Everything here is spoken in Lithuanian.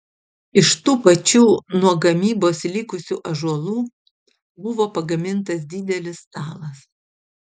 iš tų pačių nuo gamybos likusių ąžuolų buvo pagamintas didelis stalas